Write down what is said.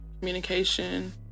communication